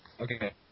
Okay